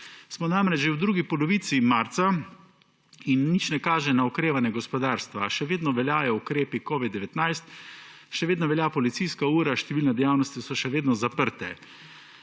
Smo namreč že v drugi polovici marca in nič ne kaže na okrevanje gospodarstva. Še vedno veljajo ukrepi covida-19, še vedno velja policijska ura, številne dejavnosti so še vedno zaprte.